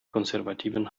konservativen